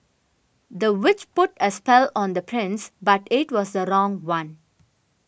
the witch put a spell on the prince but it was the wrong one